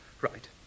Right